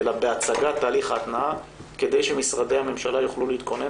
אלא בהצגת תהליך ההתנעה כדי שמשרדי הממשלה יוכלו להתכונן